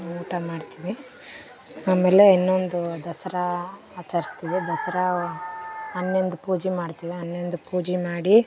ಊಟ ಮಾಡ್ತೀವಿ ಆಮೇಲೆ ಇನ್ನೊಂದು ದಸರಾ ಆಚರಿಸ್ತೀವಿ ದಸರಾ ಹನ್ನೊಂದು ಪೂಜೆ ಮಾಡ್ತೀವಿ ಹನ್ನೊಂದು ಪೂಜೆ ಮಾಡಿ